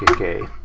k,